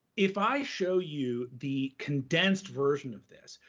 if i show you the condensed version of this,